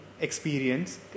experience